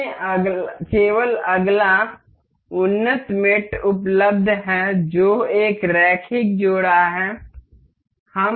हमें केवल अगला उन्नत मेट उपलब्ध है जो एक रैखिक जोड़ा है